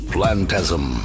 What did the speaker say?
Plantasm